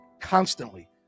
constantly